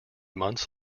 months